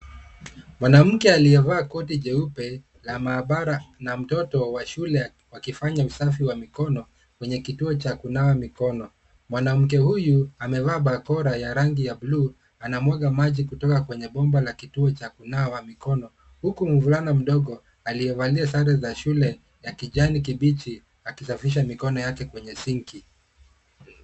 Mwanamke aliyevaa koti jeupe la mahabara na mtoto wa shule wakifanya usafi wa mikono kwenye kituo cha kunawa mikono. Mwanamke huyu amevaa bakora ya rangi ya blue anamwaga maji kutoka kwenye bomba la kituo cha kunawa mikono huku mvulana mdogo aliyevalia sare za shule ya kijani kibichi akisafisha mikono yake kwenye sinki.